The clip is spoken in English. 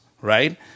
right